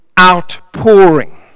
outpouring